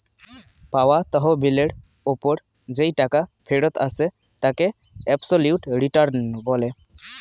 পাওয়া তহবিলের ওপর যেই টাকা ফেরত আসে তাকে অ্যাবসোলিউট রিটার্ন বলে